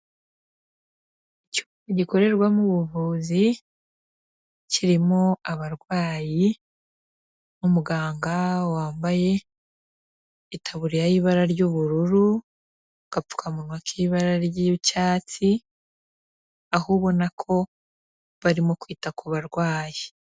Icyumba gikorerwamo ubuvuzi, kirimo abarwayi, umuganga wambaye itaburiya y'ibara ry'ubururu, agapfukamunwa k'ibara ry'icyatsi, aho ubona ko barimo kwita ku barwayi.